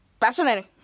Fascinating